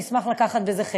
אני אשמח לקחת בזה חלק.